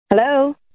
Hello